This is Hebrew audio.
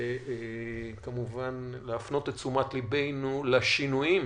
וכמובן להפנות את תשומת לבנו לשינויים